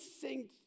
sing